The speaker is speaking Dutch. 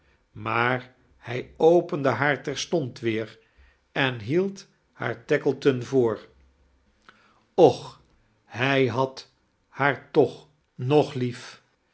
maar hij opende haar terstond weer en hield haar taokleton voor ocli hij had haar toch nog lief